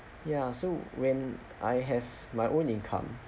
ya so when I have my own income